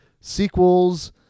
sequels